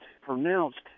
pronounced